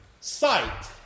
sight